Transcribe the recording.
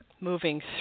moving